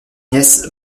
nièce